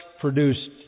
produced